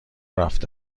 رفته